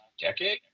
decade